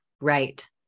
Right